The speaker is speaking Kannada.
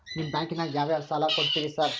ನಿಮ್ಮ ಬ್ಯಾಂಕಿನಾಗ ಯಾವ್ಯಾವ ಸಾಲ ಕೊಡ್ತೇರಿ ಸಾರ್?